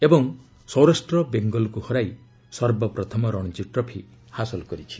ଏବଂ ସୌରାଷ୍ଟ୍ର ବେଙ୍ଗଲକୁ ହରାଇ ସର୍ବପ୍ରଥମ ରଣଜୀ ଟ୍ରଫି ହାସଲ କରିଛି